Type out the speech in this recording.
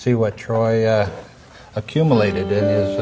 see what troy accumulated in